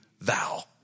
thou